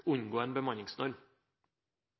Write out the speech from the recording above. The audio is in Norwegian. unngå en bemanningsnorm.